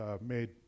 made